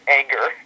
anger